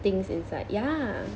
things inside ya